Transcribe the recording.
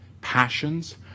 passions